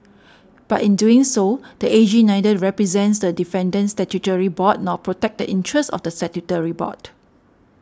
but in doing so the A G neither represents the defendant statutory board nor protects the interests of the statutory board